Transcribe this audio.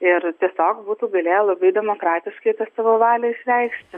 ir tiesiog būtų galėję labai demokratiškai tą savo valią išreikšti